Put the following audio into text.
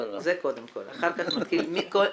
אחר כך נמשיך,